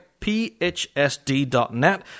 phsd.net